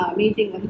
meeting